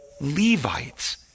Levites